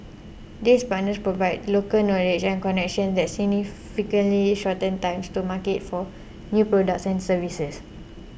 these partners provide local knowledge and connections that significantly shorten times to market for new products and services